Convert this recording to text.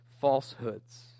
falsehoods